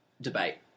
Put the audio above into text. debate